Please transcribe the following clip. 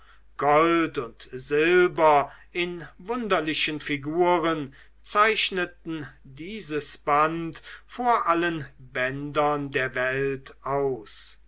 gold und silber in wunderlichen figuren zeichneten dieses band vor allen bändern der welt aus